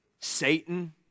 Satan